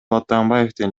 атамбаевдин